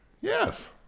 yes